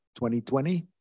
2020